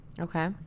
Okay